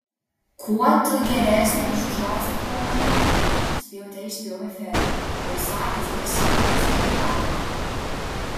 kuo tu geresnė už džozefą ar mane spjaute išspjovė febė o jos akys grėsmingai sužaibavo